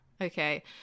Okay